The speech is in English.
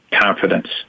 confidence